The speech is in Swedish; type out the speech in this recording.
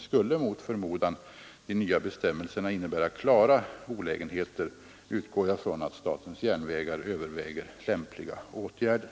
Skulle mot förmodan de nya bestämmelserna innebära klara olägenheter utgår jag från att SJ övervägar lämpliga åtgärder.